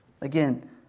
Again